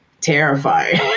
terrifying